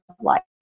life